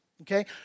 okay